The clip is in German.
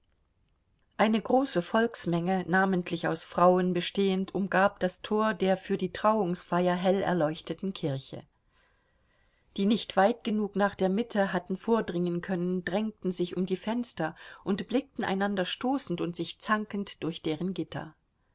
eine große volksmenge namentlich aus frauen bestehend umgab das tor der für die trauungsfeier hell erleuchteten kirche die nicht weit genug nach der mitte hatten vordringen können drängten sich um die fenster und blickten einander stoßend und sich zankend durch deren gitter